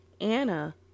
Anna